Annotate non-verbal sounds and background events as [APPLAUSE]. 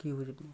कि बुझलिए [UNINTELLIGIBLE]